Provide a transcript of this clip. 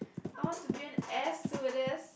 I want to be an air stewardess